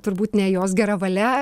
turbūt ne jos gera valia